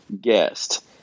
guest